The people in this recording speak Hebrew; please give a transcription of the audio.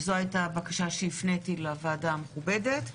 וזו הייתה הבקשה שהפניתי לוועדה המכובדת,